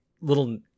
Little